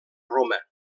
roma